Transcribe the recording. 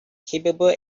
capable